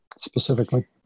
Specifically